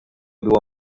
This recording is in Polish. było